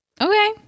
Okay